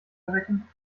erwecken